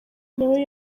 nawe